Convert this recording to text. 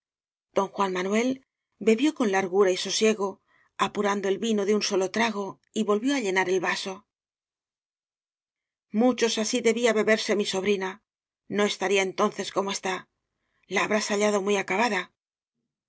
don juan manuel be bió con largura y sosiego apurando el vino de un solo trago y volvió á llenar el vaso muchos así debía beberse mi sobrina no estaría entonces como está la habrás hallado muy acabada